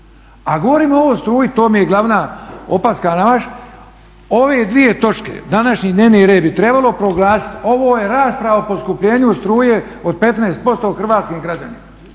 A govorimo o struji, to mi je glavna opaska. Ove dvije točke, današnji dnevni red bi trebalo proglasiti, ovo je rasprava o poskupljenju struje od 15% hrvatskim građanima.